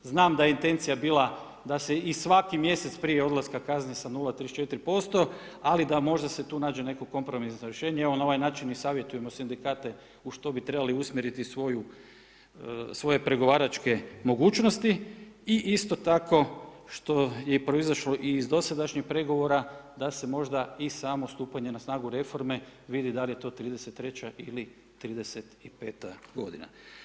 Znam da je intencija bila da se i svaki mjesec prije odlaska kazni sa 0,34% ali da možda se tu nađe neko kompromisno rješenje, evo na ovaj način i savjetujemo sindikate u što bi trebali usmjeriti svoje pregovaračke mogućnosti i isto tako što je proizašlo i iz dosadašnjih pregovora, da se možda i samo stupanje na snagu reforme vidi da li je to 33 ili 35 godina.